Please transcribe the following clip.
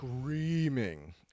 screaming